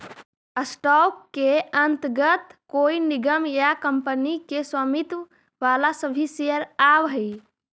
stock के अंतर्गत कोई निगम या कंपनी के स्वामित्व वाला सभी शेयर आवऽ हइ